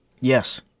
Yes